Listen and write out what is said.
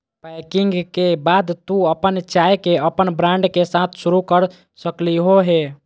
packing के बाद तू अपन चाय के अपन ब्रांड के साथ शुरू कर सक्ल्हो हें